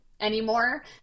anymore